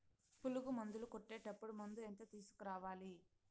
పులుగు మందులు కొట్టేటప్పుడు మందు ఎంత తీసుకురావాలి?